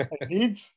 indeed